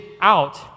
out